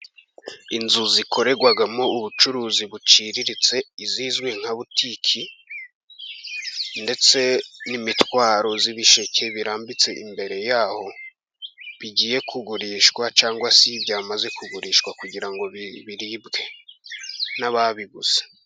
Inzu zikorerwamo ubucuruzi buciriritse Izizwi nka butike, ndetse n'imitwaro y'ibisheke birambitse imbere yaho bigiye kugurishwa cyangwa se byamaze kugurishwa, kugira ngo biribwe n'ababiguze.